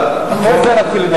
אחרי זה נתחיל לדבר.